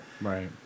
right